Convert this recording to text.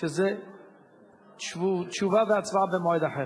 עם תשובה והצבעה במועד אחר.